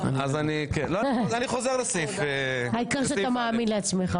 אני חוזר לסעיף --- העיקר שאתה מאמין לעצמך,